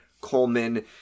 Coleman